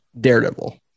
Daredevil